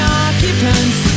occupants